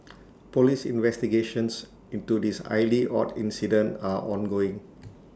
Police investigations into this highly odd incident are ongoing